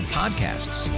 podcasts